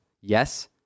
Yes